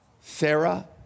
Sarah